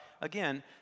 again